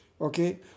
Okay